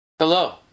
Hello